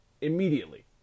Immediately